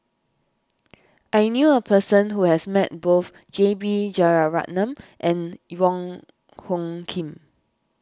I knew a person who has met both J B Jeyaretnam and Wong Hung Khim